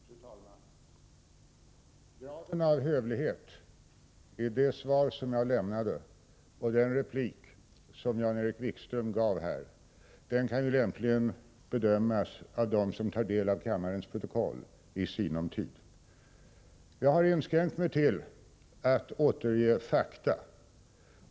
Fru talman! Graden av hövlighet i det svar som jag lämnade och i den replik som Jan-Erik Wikström gav här kan lämpligen bedömas av dem som tar del av kammarens protokoll i sinom tid. Jag har inskränkt mig till att återge fakta.